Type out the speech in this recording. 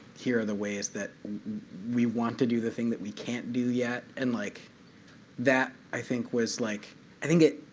here are the ways that we want to do the thing that we can't do yet. and like that, i think, was like i think